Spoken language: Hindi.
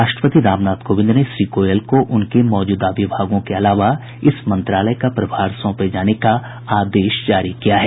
राष्ट्रपति रामनाथ कोविंद ने श्री गोयल को उनके मौजूदा विभागों के अलावा इस मंत्रालय का प्रभार सौंपे जाने का आदेश जारी किया है